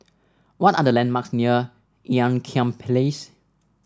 what are the landmarks near Ean Kiam Place